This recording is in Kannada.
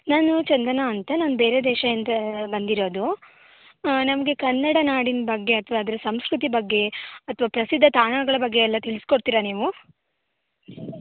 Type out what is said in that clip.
ನಾನು ಚಂದನ ಅಂತ ನಾನು ಬೇರೆ ದೇಶದಿಂದ ಬಂದಿರೋದು ನಮಗೆ ಕನ್ನಡನಾಡಿನ ಬಗ್ಗೆ ಅಥವಾ ಅದರ ಸಂಸ್ಕೃತಿ ಬಗ್ಗೆ ಅಥವಾ ಪ್ರಸಿದ್ಧ ತಾಣಗಳ ಬಗ್ಗೆಯೆಲ್ಲ ತಿಳಿಸಿಕೊಡ್ತೀರ ನೀವು